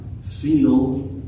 feel